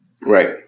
Right